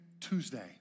Tuesday